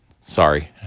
sorry